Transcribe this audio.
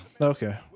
Okay